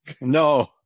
No